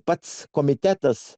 pats komitetas